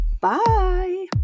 bye